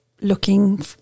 looking